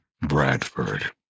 Bradford